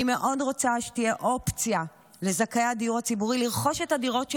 אני מאוד רוצה שתהיה אופציה לזכאי הדיור הציבורי לרכוש את הדירות שלהם,